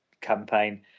campaign